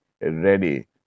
ready